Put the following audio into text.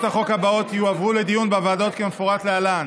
החוק הבאות יועברו לדיון בוועדות כמפורט להלן: